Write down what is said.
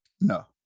No